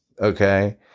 Okay